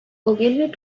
ogilvy